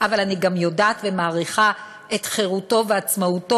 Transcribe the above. אבל אני גם יודעת ומעריכה את חירותו ועצמאותו